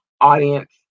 audience